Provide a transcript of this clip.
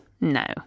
no